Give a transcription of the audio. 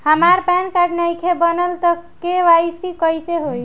हमार PAN card नईखे बनल त के.वाइ.सी कइसे होई?